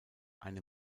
eine